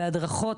בהדרכות,